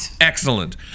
Excellent